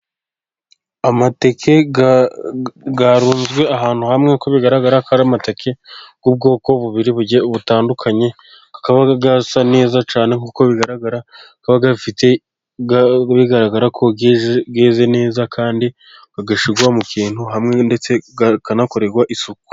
Amateke yaruzwe ahantu hamwe, uko bigaragara ko ari amateke y'ubwoko bubiri butandukanye, akaba asa neza cyane nk'uko bigaragara, akaba afite bigaragara ko yeze neza kandi agashirwa mu kintu hamwe, ndetse akanakorerwa isuku.